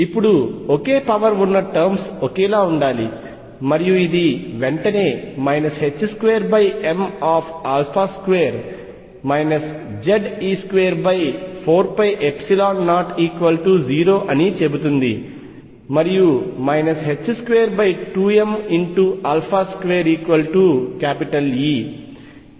ఇప్పుడు ఒకే పవర్ ఉన్న టర్మ్స్ ఒకేలా ఉండాలి మరియు ఇది వెంటనే 2m2 Ze24π00 అని చెబుతుంది మరియు 22m2E